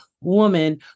woman